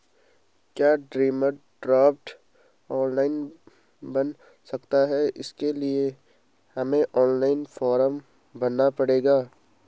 क्या demand draft online बन सकता है इसके लिए हमें ऑनलाइन फॉर्म भरना पड़ेगा?